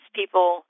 people